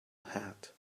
hat